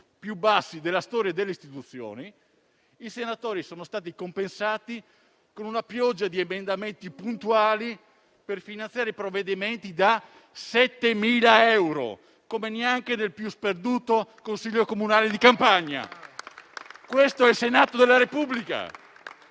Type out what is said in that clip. più bassi della storia delle istituzioni, i senatori sono stati compensati con una pioggia di emendamenti puntuali per finanziare i provvedimenti da 7.000 euro, come neanche nel più sperduto consiglio comunale di campagna. Questo è il Senato della Repubblica!